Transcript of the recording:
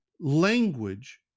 language